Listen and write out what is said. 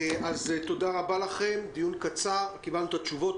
אז תודה רבה לכם, דיון קצר, קיבלנו את התשובות.